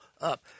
up